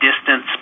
distance